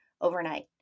overnight